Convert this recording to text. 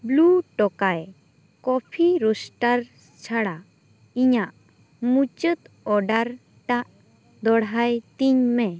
blue Tokai Coffee Roasters ᱪᱷᱟᱲᱟ ᱤᱧᱟᱹᱜ ᱢᱩᱪᱟᱹᱫ ᱚᱰᱟᱨ ᱴᱟᱜ ᱫᱚᱦᱚᱲᱟᱭ ᱛᱤᱧ ᱢᱮ